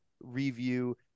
review